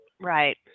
Right